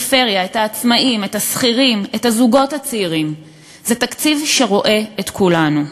זהו תקציב שמתמודד עם מחירי הדיור,